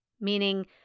Meaning